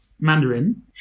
Mandarin